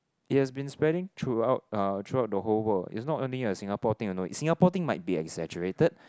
it has been spreading throughout uh throughout the whole world it's not only a Singapore thing you know Singapore thing might be exaggerated